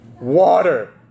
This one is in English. water